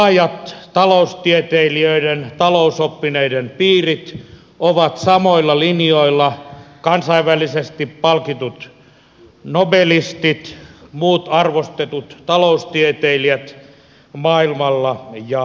laajat taloustieteilijöiden talousoppineiden piirit ovat samoilla linjoilla kansainvälisesti palkitut nobelistit muut arvostetut taloustieteilijät maailmalla ja suomessa